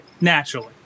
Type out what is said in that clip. naturally